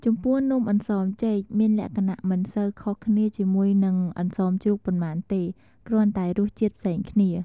ចំពោះនំអន្សមចេក មានលក្ខណៈមិនសូវខុសគ្នាជាមួយនឹងអន្សមជ្រូកប៉ុន្មានទេ គ្រាន់តែរសជាតិផ្សេងគ្នា។